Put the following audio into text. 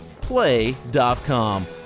play.com